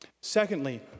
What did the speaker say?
Secondly